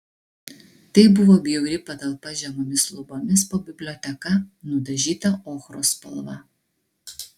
tai buvo bjauri patalpa žemomis lubomis po biblioteka nudažyta ochros spalva